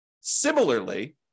Similarly